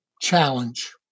challenge